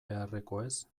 beharrekoez